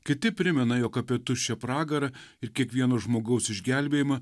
kiti primena jog apie tuščią pragarą ir kiekvieno žmogaus išgelbėjimą